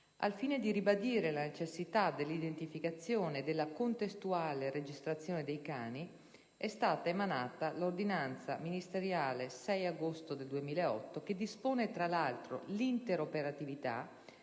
Al fine di ribadire la necessità dell'identificazione e della contestuale registrazione dei cani, è stata emanata l'ordinanza ministeriale 6 agosto 2008, che dispone, tra l'altro, l'interoperatività